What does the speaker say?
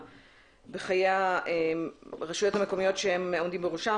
בחיי הרשויות המקומיות שהם עומדים בראשן.